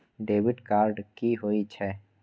Debit card कि होई छै?